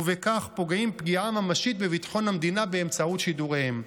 ובכך פוגעים פגיעה ממשית בביטחון המדינה באמצעות שידוריהם.